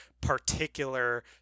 particular